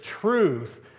truth